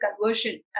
conversion